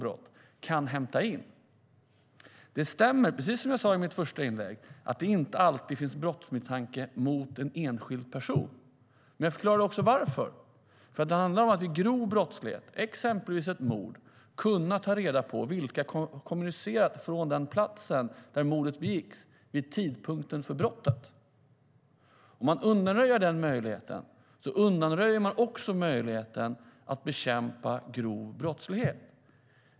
Det stämmer, precis som jag sade i mitt första inlägg, att det inte alltid finns brottsmisstanke mot en enskild person. Men jag förklarade också varför. När det handlar om grov brottslighet, exempelvis ett mord, ska man kunna ta reda på vilka som har kommunicerat från den plats där mordet begicks vid tidpunkten för brottet. Om man undanröjer den möjligheten undanröjer man också möjligheten att bekämpa grov brottslighet.